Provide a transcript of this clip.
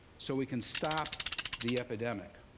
so we can stop the epidemic.